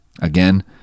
Again